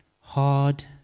hard